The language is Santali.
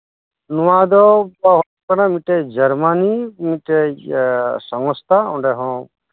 ᱱᱚᱣᱟ ᱫᱚ ᱢᱤᱫᱴᱮᱡ ᱡᱟᱨᱢᱟᱱᱤ ᱢᱤᱫᱴᱮᱡ ᱥᱚᱝᱥᱛᱷᱟ ᱚᱸᱰᱮ ᱦᱚᱸ